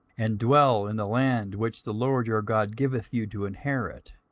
and dwell in the land which the lord your god giveth you to inherit,